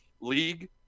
league